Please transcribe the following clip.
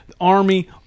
Army